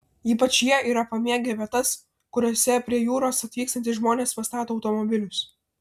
ypač jie yra pamėgę vietas kuriose prie jūros atvykstantys žmones pastato automobilius